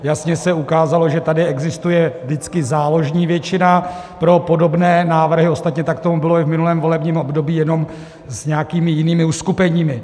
Jasně se ukázalo, že tady existuje vždycky záložní většina pro podobné návrhy, ostatně tak tomu bylo i v minulém volebním období, jenom s nějakými jinými uskupeními.